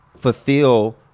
fulfill